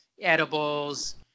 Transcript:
edibles